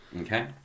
Okay